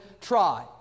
try